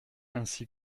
ainsi